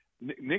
Nick